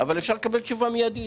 אפשר לקבל תשובה מיידית.